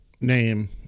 name